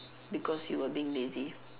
because you were being lazy